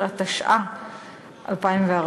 12), התשע"ה 2014,